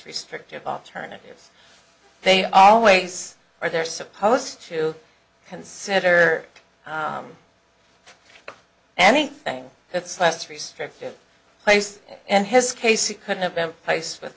restrictive alternatives they always are they're supposed to consider anything that's less restrictive place in his case it couldn't have been placed with